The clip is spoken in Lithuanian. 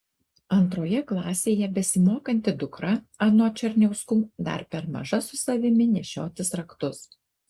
antroje klasėje besimokanti dukra anot černiauskų dar per maža su savimi nešiotis raktus